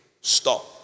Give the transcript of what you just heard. Stop